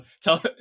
tell